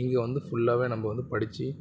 இங்கே வந்து ஃபுல்லாகவே நம்ம வந்து படித்து